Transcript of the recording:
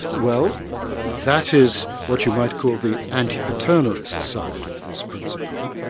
well that is what you might call the anti-paternalist side of this principle,